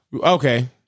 Okay